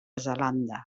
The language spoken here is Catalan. zelanda